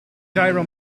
gyro